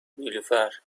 نیلوفرنه